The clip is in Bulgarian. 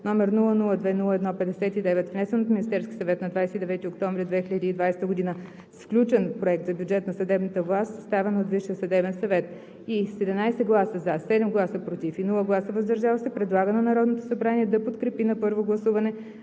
г., № 002-01-59, внесен от Министерския съвет на 29 октомври 2020 г., с включен Проект за бюджет на съдебната власт, съставен от Висшия съдебен съвет; - с 11 гласа „за“, 7 гласа „против“ и без гласове „въздържал се“ предлага на Народното събрание да подкрепи на първо гласуване